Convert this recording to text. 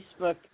Facebook